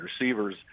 receivers